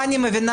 מה אני מבינה?